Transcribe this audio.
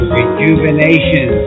Rejuvenation